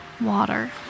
Water